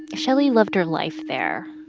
shelley loved her life there,